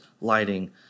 lighting